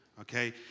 okay